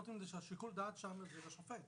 באותן המדינות נותנים את שיקול הדעת שם זה לשופט.